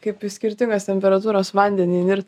kaip į skirtingos temperatūros vandenį įnirt